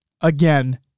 again